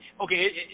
okay